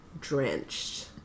Drenched